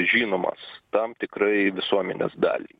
žinomas tam tikrai visuomenės daliai